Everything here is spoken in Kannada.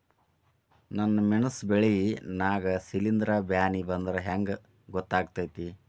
ನನ್ ಮೆಣಸ್ ಬೆಳಿ ನಾಗ ಶಿಲೇಂಧ್ರ ಬ್ಯಾನಿ ಬಂದ್ರ ಹೆಂಗ್ ಗೋತಾಗ್ತೆತಿ?